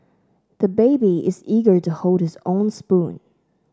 the baby is eager to hold his own spoon